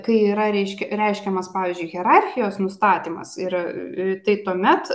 kai yra reiškia reiškiamas pavyzdžiui hierarchijos nustatymas ir tai tuomet